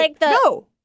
No